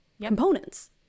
components